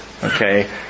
Okay